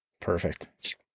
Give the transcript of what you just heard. Perfect